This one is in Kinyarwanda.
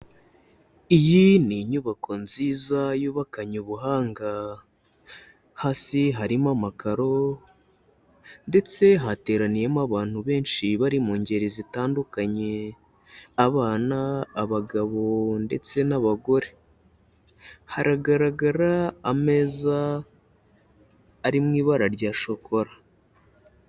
Iyi ni inyubako nziza yubakanye ubuhanga. Hasi harimo amakaro ndetse hateraniyemo abantu benshi bari mu ngeri zitandukanye. Abana, abagabo ndetse n'abagore. Haragaragara ameza ari mu ibara rya shokora.